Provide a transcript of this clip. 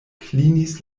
klinis